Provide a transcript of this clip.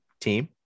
team